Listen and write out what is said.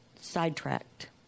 sidetracked